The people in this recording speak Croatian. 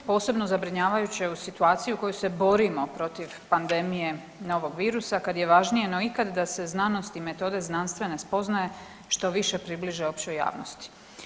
Posebno zabrinjavajuće u situaciji u kojoj se borimo protiv pandemije novog virusa kada je važnije no ikad da se znanost i metode znanstvene spoznaje što više približe općoj javnosti.